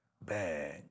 Bang